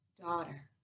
daughter